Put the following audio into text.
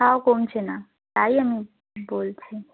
তাও কমছে না তাই আমি বলছি